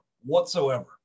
whatsoever